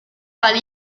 parler